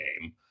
game